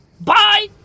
Bye